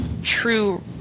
true